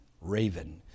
raven